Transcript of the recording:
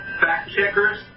fact-checkers